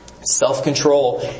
self-control